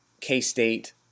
K-State